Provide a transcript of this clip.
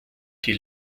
die